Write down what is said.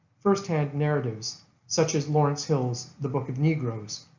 first-hand narratives such as lawrence hill's the book of negroes,